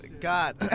God